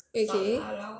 okay